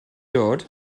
dod